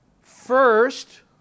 First